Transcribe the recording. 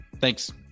thanks